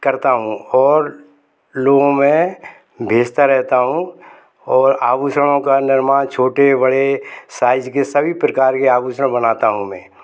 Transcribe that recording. करता हूँ और लोगों में भेजता रहता हूँ और आभूषणों का निर्माण छोटे बड़े साइज के सभी प्रकार के आभूषण बनाता हूँ मैं